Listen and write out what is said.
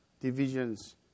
divisions